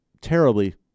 terribly